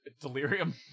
delirium